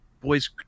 boys